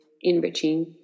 enriching